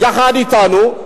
יחד אתנו,